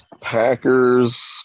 Packers